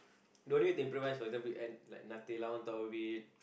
no need to improvise for example you add like Nutella on top of it